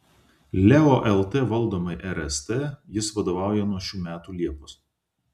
leo lt valdomai rst jis vadovauja nuo šių metų liepos